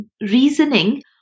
reasoning